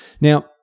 Now